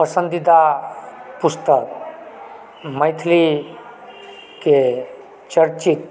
पसन्दीदा पुस्तक मैथिलीके चर्चित